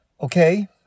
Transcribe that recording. Okay